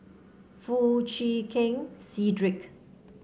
Foo Chee Keng Cedric